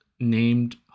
named